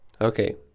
Okay